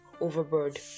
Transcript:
overboard